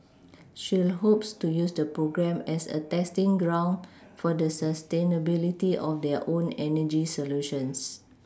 shell hopes to use the program as a testing ground for the sustainability of their own energy solutions